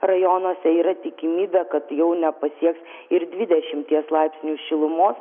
rajonuose yra tikimybė kad jau nepasieks ir dvidešimties laipsnių šilumos